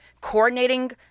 coordinating